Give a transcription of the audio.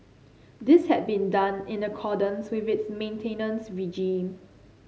this had been done in accordance with its maintenance regime